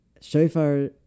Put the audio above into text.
shofar